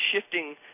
shifting